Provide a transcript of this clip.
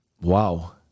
wow